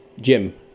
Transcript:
Jim